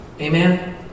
Amen